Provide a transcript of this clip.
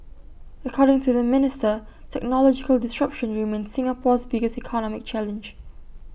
according to the minister technological disruption remains Singapore's biggest economic challenge